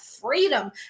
freedom